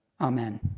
Amen